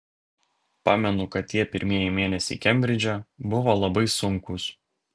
pamenu kad tie pirmieji mėnesiai kembridže buvo labai sunkūs